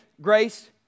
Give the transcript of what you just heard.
grace